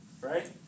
Right